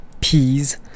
peas